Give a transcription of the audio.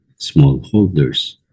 smallholders